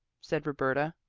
said roberta.